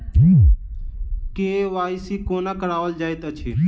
KYC कोना कराओल जाइत अछि?